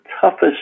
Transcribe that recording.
toughest